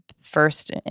First